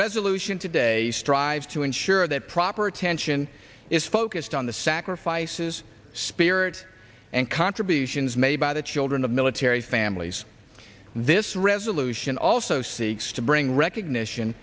resolution today strives to ensure that proper attention is focused on the sacrifices spirit and contributions made by the children of military families this resolution also seeks to bring recognition